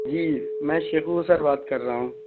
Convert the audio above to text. جی میں شکور سر بات کر رہا ہوں